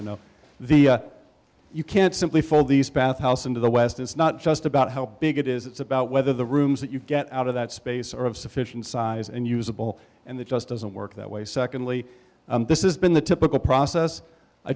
to know the you can't simply for these bathhouse into the west it's not just about how big it is it's about whether the rooms that you get out of that space or of sufficient size and usable and it just doesn't work that way secondly this is been the typical process i